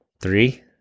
Three